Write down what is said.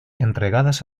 entregadas